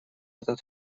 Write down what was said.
этот